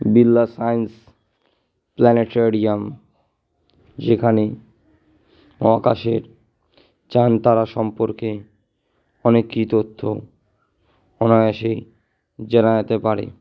Birla science planetarium যেখানে মহাকাশের চাঁদ তারা সম্পর্কে অনেক তথ্য অনায়াসেই জানা যেতে পারে